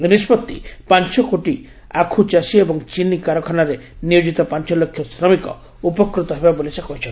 ଏହି ନିଷ୍ପତ୍ତି ପାଞ୍ଚ କୋଟି ଆଖୁ ଚାଷୀ ଏବଂ ଚିନି କାରଖାନାରେ ନିୟୋଜିତ ପାଞ୍ଚ ଲକ୍ଷ ଶ୍ରମିକ ଉପକୃତ ହେବେ ବୋଲି ସେ କହିଚ୍ଛନ୍ତି